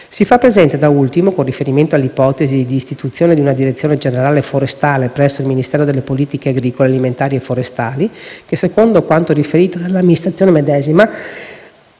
Si fa presente, da ultimo, con riferimento all'ipotesi di istituzione di una Direzione generale forestale presso il Ministero delle politiche agricole alimentari e forestali, che, secondo quanto riferito dall'amministrazione medesima,